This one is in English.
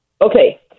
Okay